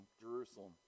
Jerusalem